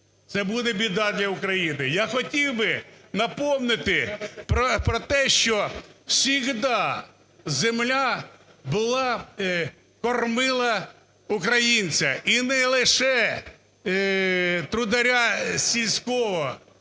це буде біда для України. Я хотів би напомнити про те, що всегда земля була, кормила українця, і не лише трударя сільського,